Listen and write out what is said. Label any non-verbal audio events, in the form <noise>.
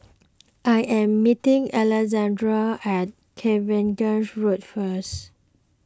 <noise> I am meeting Alexandria at Cavenagh Road first